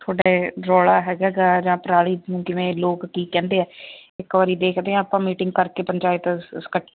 ਤੁਹਾਡੇ ਇਹ ਰੌਲਾ ਹੈਗਾ ਜਾਂ ਪਰਾਲੀ ਨੂੰ ਲੋਕ ਕਿਵੇਂ ਕੀ ਕਹਿੰਦੇ ਹੈ ਇੱਕ ਵਾਰ ਦੇਖਦੇ ਹੈ ਆਪਾਂ ਮੀਟਿੰਗ ਕਰਕੇ ਪੰਚਾਇਤ ਸ ਸ ਇੱਕਠੇ